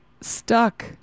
Stuck